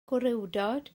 gwrywdod